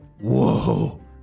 Whoa